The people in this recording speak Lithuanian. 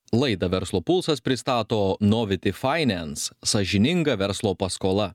laidą verslo pulsas pristato novity finanse sąžininga verslo paskola